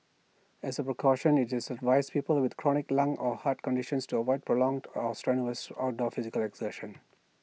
as A precaution IT just advised people with chronic lung or heart conditions to avoid prolonged or strenuous outdoor physical exertion